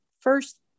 first